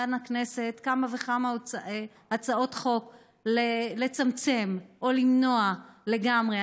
הכנסת כמה וכמה הצעות חוק לצמצם או למנוע לגמרי.